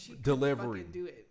delivery